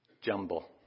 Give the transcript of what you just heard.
jumble